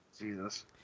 Jesus